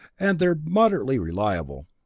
and they're moderately reliable.